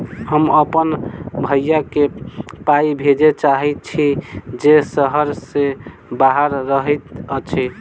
हम अप्पन भयई केँ पाई भेजे चाहइत छि जे सहर सँ बाहर रहइत अछि